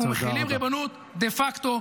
אנחנו מחילים ריבונות דה-פקטו,